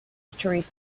street